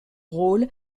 rôle